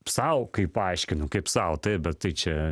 sau kaip paaiškinau kaip sau taip bet tai čia